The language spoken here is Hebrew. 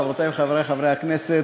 חברותי וחברי הכנסת,